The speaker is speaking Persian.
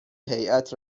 هیئت